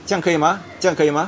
这样可以吗这样可以吗